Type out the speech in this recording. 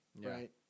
right